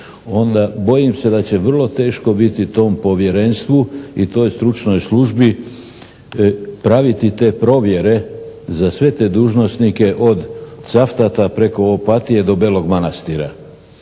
onda bojim se da će vrlo teško biti tom povjerenstvu i toj stručnoj službi praviti te provjere za sve te dužnosnike od Cavtata preko Opatije do Belog Manastira.